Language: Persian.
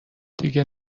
دیگه